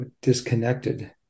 disconnected